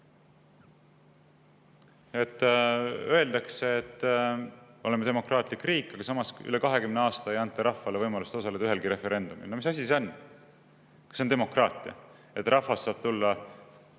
Öeldakse, et me oleme demokraatlik riik, aga samas üle 20 aasta ei anta rahvale võimalust osaleda ühelgi referendumil. No mis asi see on? Kas see on demokraatia, et rahvas saab tulla